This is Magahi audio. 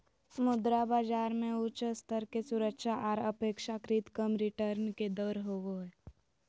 मुद्रा बाजार मे उच्च स्तर के सुरक्षा आर अपेक्षाकृत कम रिटर्न के दर होवो हय